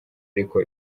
ariko